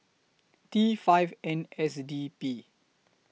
T five N S D P